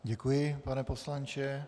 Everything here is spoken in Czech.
Děkuji, pane poslanče.